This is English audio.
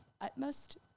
utmost